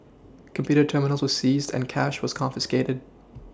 computer terminals were seized and cash was confiscated